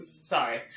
Sorry